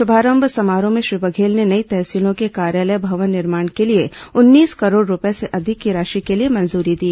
शुभारंभ समारोह में श्री बघेल ने नई तहसीलों के कार्यालय भवन निर्माण के लिए उन्नीस करोड़ रूपए से अधिक की राशि के लिए मंजूरी दी